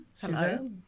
Hello